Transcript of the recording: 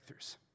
breakthroughs